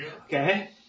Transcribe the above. Okay